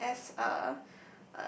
such as uh